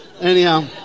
Anyhow